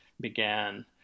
began